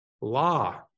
law